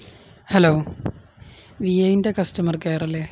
hello Vi ഐൻ്റെ customer care അല്ലേ